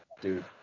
dude